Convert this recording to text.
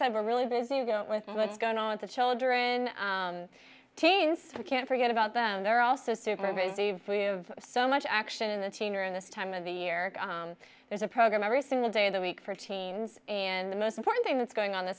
said we're really busy with what's going on with the children teens we can't forget about them they're also super busy of so much action in the teen or in this time of the year there's a program every single day of the week for teens and the most important thing that's going on th